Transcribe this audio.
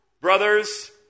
Brothers